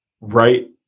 right